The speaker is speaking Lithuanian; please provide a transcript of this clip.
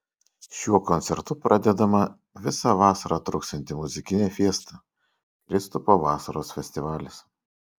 šiuo koncertu pradedama visą vasarą truksianti muzikinė fiesta kristupo vasaros festivalis